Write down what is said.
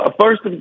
first